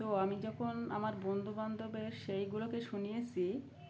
তো আমি যখন আমার বন্ধু বান্ধবের সেইগুলোকে শুনিয়েছি